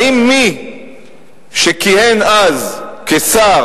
האם מי שכיהן אז כשר,